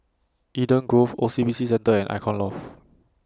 Eden Grove O C B C Centre and Icon Loft